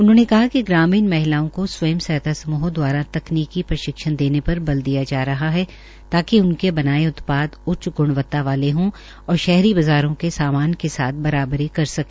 उन्होंने कहा कि ग्रामीण महिलाओं को स्वयं सहायता समूहों दवारा तकनीकी प्रशिक्षण देने पर बल दिया जा रहा है ताकि उनके बनाए गये उत्पाद उच्च गुणवत्ता वाले हो और शहरी बाजारों के सामान के साथ बराबरी कर सके